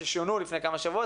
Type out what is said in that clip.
ששונו לפני כמה שבועות,